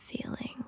feeling